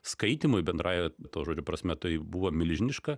skaitymui bendrąja to žodžio prasme tai buvo milžiniška